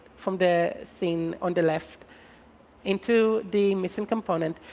from the scene on the left into the missing component,